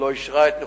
לא אישרה את נכונותו.